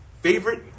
favorite